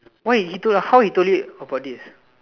why he told you how he told you about this